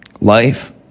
Life